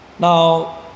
Now